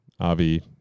Avi